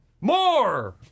More